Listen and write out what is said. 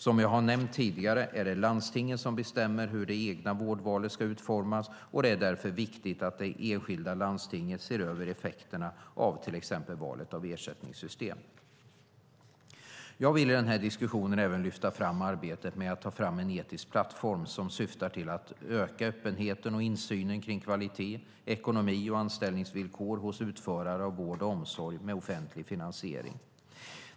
Som jag har nämnt tidigare är det landstinget som bestämmer hur det egna vårdvalet ska utformas och det är därför viktigt att det enskilda landstinget ser över effekterna av till exempel valet av ersättningssystem. Jag vill i den här diskussionen även lyfta fram arbetet med att ta fram en etisk plattform som syftar till att öka öppenheten och insynen kring kvalitet, ekonomi och anställningsvillkor hos utförare av vård och omsorg med offentlig finansiering.